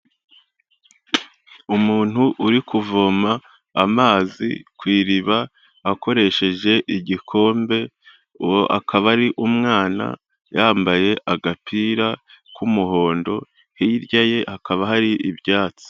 Umuntu uri kuvoma amazi ku iriba akoresheje igikombe uwo akaba ari umwana yambaye agapira k'umuhondo, hirya ye hakaba hari ibyatsi.